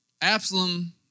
Absalom